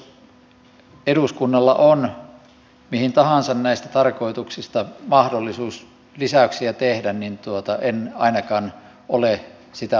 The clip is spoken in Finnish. jos eduskunnalla on mihin tahansa näistä tarkoituksista mahdollisuus lisäyksiä tehdä en ainakaan ole sitä vastustamassa